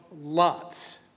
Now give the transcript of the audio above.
lots